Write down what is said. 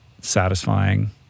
satisfying